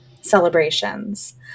celebrations